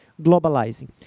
globalizing